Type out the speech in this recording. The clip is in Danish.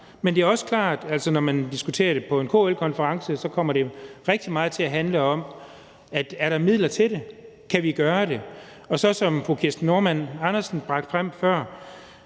det er også klart, at når man diskuterer det på en KL-konference, kommer det rigtig meget til at handle om, om der er midler til det – kan vi gøre det? – og så det, som fru Kirsten Normann Andersen bragte frem før,